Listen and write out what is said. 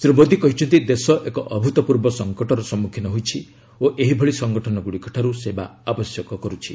ଶ୍ରୀ ମୋଦୀ କହିଛନ୍ତି ଦେଶ ଏକ ଅଭ୍ତପୂର୍ବ ସଂକଟର ସମ୍ମଖୀନ ହୋଇଛି ଓ ଏହିଭଳି ସଂଗଠନଗ୍ରଡ଼ିକଠାର୍ ଆବଶ୍ୟକ କରୁଛି